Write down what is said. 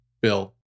Bill